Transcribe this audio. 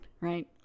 right